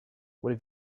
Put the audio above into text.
what